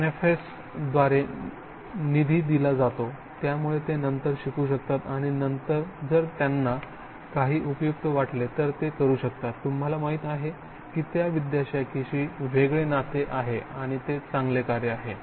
NSF द्वारे निधी दिला जातो त्यामुळे ते नंतर शिकू शकतात आणि जर त्यांना काही उपयुक्त वाटले तर ते करू शकतात तुम्हाला माहिती आहे की त्या विद्याशाखेशी वेगळे नाते आहे आणि ते चांगले कार्य केले